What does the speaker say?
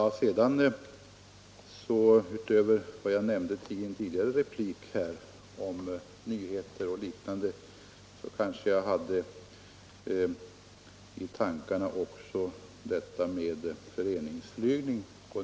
I min tidigare replik om nyheter och liknande hade jag även förenings riksdagspartierna att deltaga i förberedelsearbetet inför FN:s extra generalförsamling hösten 1975 flygning i tankarna.